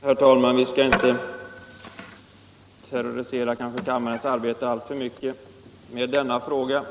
Herr talman! Vi skall kanske inte terrorisera kammaren alltför mycket med denna fråga.